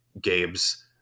Gabe's